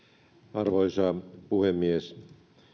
arvoisa puhemies